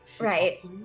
Right